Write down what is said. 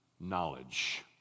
knowledge